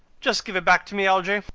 just give it back to me, algy.